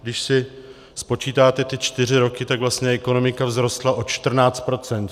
Když si spočítáte ty čtyři roky, tak vlastně ekonomika vzrostla o 14 procent.